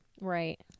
Right